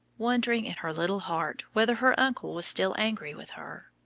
wondering in her little heart whether her uncle was still angry with her.